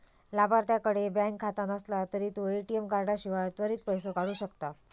लाभार्थ्याकडे बँक खाता नसला तरी तो ए.टी.एम कार्डाशिवाय त्वरित पैसो काढू शकता